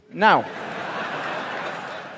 Now